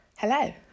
Hello